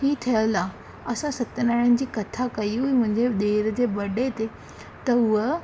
ई ठहियल आहे असां सतनारायण जी कथा कई हुई मुंहिंजे ॾेर जे बडे ते त उह